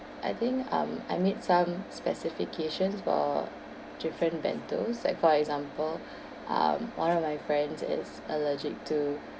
I think um I made some specifications for different bentos like for example um one of my friends is allergic to